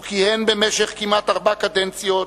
הוא כיהן במשך כמעט ארבע קדנציות,